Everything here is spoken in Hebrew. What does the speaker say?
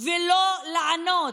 ולא לענות,